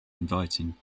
inviting